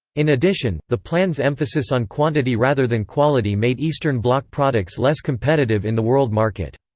in addition, the plans' emphasis on quantity rather than quality made eastern bloc products less competitive in the world market.